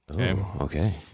okay